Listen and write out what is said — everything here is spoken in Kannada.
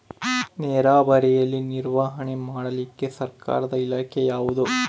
ನೇರಾವರಿಯಲ್ಲಿ ನಿರ್ವಹಣೆ ಮಾಡಲಿಕ್ಕೆ ಸರ್ಕಾರದ ಇಲಾಖೆ ಯಾವುದು?